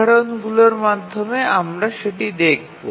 উদাহরণগুলির মাধ্যমে আমরা সেটি দেখব